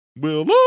Willow